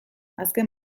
azken